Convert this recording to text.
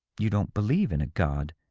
you don't believe in a god.